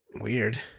weird